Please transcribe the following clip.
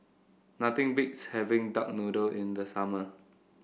nothing beats having Duck Noodle in the summer